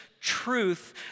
truth